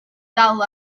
dal